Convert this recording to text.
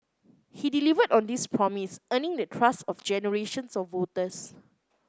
he delivered on this promise earning the trust of generations of voters